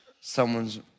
someone's